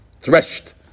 threshed